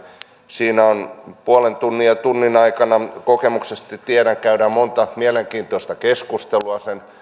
siinä puolen tunnin ja tunnin aikana kokemuksesta tiedän käydään monta mielenkiintoista keskustelua sen